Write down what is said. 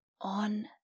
on